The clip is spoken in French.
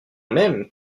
même